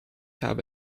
habe